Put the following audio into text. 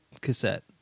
cassette